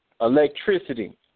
electricity